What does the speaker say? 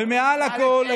ומעל הכול,